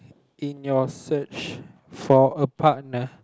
in your search for a partner